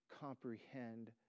comprehend